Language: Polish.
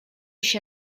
się